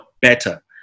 better